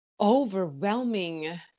overwhelming